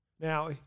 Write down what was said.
Now